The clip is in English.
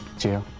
jia.